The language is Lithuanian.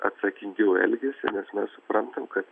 atsakingiau elgiasi nes mes suprantam kad